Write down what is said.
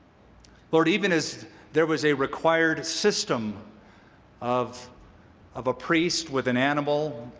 lord, even as there was a required system of of a priest with an animal,